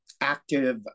active